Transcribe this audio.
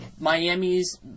Miami's